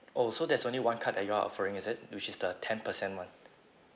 oh so there's only one card that you all are offering is it which is the ten percent [one]